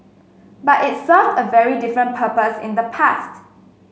but it served a very different purpose in the past